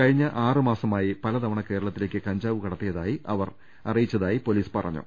കഴിഞ്ഞ ആറുമാസമായി പല തവണ കേരള ത്തിലേക്ക് കഞ്ചാവ് കടത്തിയതായി അവർ അറിയിച്ചതായി പൊലീസ് പറ ഞ്ഞു